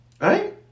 right